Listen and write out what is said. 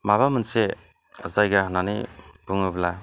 माबा मोनसे जायगा होननानै बुङोब्ला